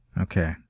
Okay